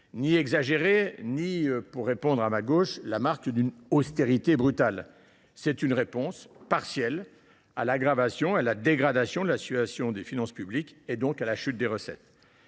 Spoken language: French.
ni exagéré ni, pour répondre à mes collègues de gauche, la marque d’une austérité brutale : c’est une réponse, partielle, à la dégradation – à l’aggravation – de la situation des finances publiques, donc à la chute des recettes.